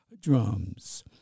drums